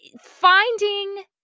finding